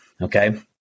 Okay